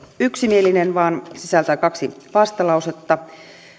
yksimielinen vaan sisältää kaksi vastalausetta